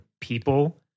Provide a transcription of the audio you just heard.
people